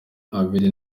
abiri